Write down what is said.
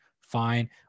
fine